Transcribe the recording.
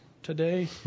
today